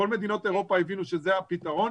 כל מדינות אירופה הבינו שזה הפתרון,